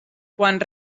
quan